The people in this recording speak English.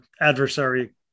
adversary